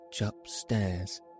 upstairs